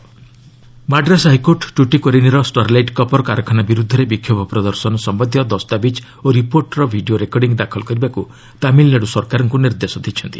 Madras HC Madras high court ଟୁଟିକୋରିନ୍ର Sterlite copper କାରଖାନା ବିର୍ଦ୍ଧରେ ବିକ୍ଷୋଭ ପ୍ରଦର୍ଶନ ସମ୍ଭନ୍ଧିୟ ଦସ୍ତାବିଜ୍ ଓ ରିପୋର୍ଟର ଭିଡ଼ିଓ ରେକର୍ଡିଂ ଦାଖଲ କରିବାକୁ ତାମିଲ୍ନାଡ଼ୁ ସରକାରଙ୍କୁ ନିର୍ଦ୍ଦେଶ ଦେଇଛନ୍ତି